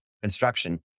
construction